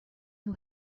who